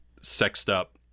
sexed-up